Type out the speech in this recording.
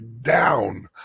down